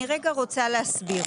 אני רוצה להסביר,